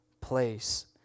place